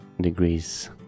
degrees